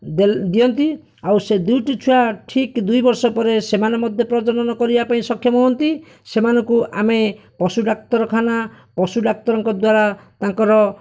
ଦିଅ ଦିଅନ୍ତି ଆଉ ସେ ଦୁଇଟି ଛୁଆ ଠିକ୍ ଦୁଇ ବର୍ଷ ପରେ ସେମାନେ ମଧ୍ୟ ପ୍ରଜନନ କରିବା ପାଇଁ ସକ୍ଷମ ହୁଅନ୍ତି ସେମାନଙ୍କୁ ଆମେ ପଶୁ ଡାକ୍ତରଖାନା ପଶୁ ଡାକ୍ତରଙ୍କ ଦ୍ଵାରା ତାଙ୍କର